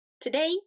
Today